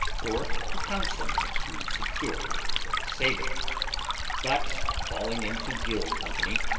or to counsel me to secure or save it but, falling into ill company,